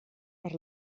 per